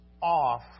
off